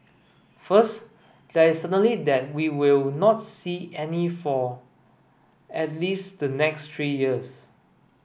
first there is certainty that we will not see any for at least the next three years